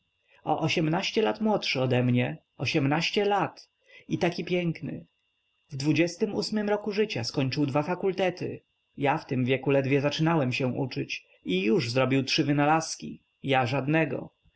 o ośmnaście lat młodszy ode mnie ośmnaście lat i taki piękny w dwudziestym ósmym roku życia skończył dwa fakultety ja w tym wieku ledwie zaczynałem się uczyć i już zrobił trzy wynalazki ja żadnego